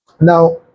Now